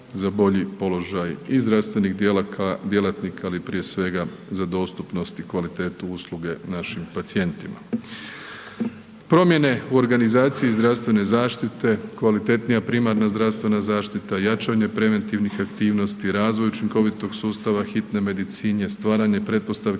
Za bolji položaj i zdravstvenih djelatnika, ali prije svega za dostupnost i kvalitetu usluge našim pacijentima. Promjene u organizaciji zdravstvene zaštite, kvalitetnija primarna zdravstvena zaštita, jačanje preventivnih aktivnosti, razvoj učinkovitog sustava hitne medicine, stvaranje pretpostavki